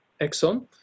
Exxon